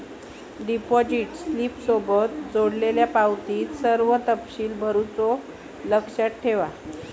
deposit स्लिपसोबत जोडलेल्यो पावतीत सर्व तपशील भरुचा लक्षात ठेवा